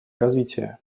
развития